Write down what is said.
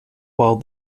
while